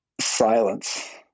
silence